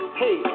hey